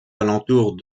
alentours